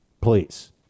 please